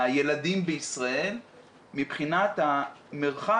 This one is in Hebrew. אני חושב שאנחנו בשעה של משבר הקורונה,